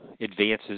advances